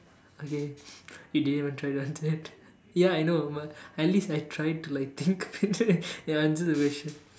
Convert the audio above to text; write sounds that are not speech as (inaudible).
okay you didn't even try to answer that (laughs) ya I know but at least I tried to like think (laughs) and ya answer the question